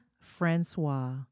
Francois